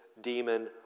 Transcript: demon